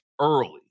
early